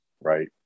right